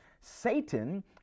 Satan